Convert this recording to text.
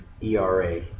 ERA